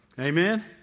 Amen